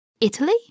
Italy